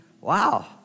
wow